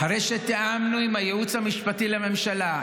אחרי שתיאמנו עם הייעוץ המשפטי לממשלה,